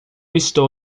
estou